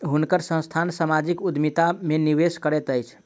हुनकर संस्थान सामाजिक उद्यमिता में निवेश करैत अछि